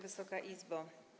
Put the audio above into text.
Wysoka Izbo!